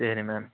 சரி மேம்